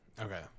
Okay